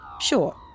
sure